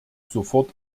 sofort